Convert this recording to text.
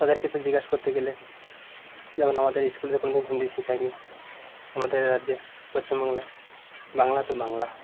তাদের কিছু জিজ্ঞেস করতেে গেলে যেমন আমাদের ইস্কুলে কোন দিন হিন্দি শিখায়নি আমাদের রাজ্যে পশ্চিমবংলায় বাংলা তো বাংলা